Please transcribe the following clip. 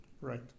Right